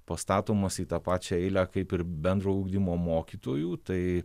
pastatomas į tą pačią eilę kaip ir bendrojo ugdymo mokytojų tai